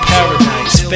Paradise